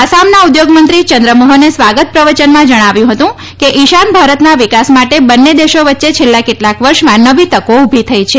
આસામના ઉદ્યોગમંત્રી ચંદ્રમોહને સ્વાગત પ્રવચનમાં જણાવ્યું હતું કે ઇશાન ભારતના વિકાસ માટે બંને દેશો વચ્ચે છેલ્લા કેટલાંક વર્ષમાં નવી તકો ઉભી થઇ છે